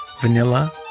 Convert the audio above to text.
vanilla